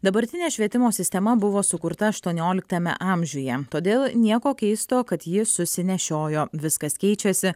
dabartinė švietimo sistema buvo sukurta aštuonioliktame amžiuje todėl nieko keisto kad ji susinešiojo viskas keičiasi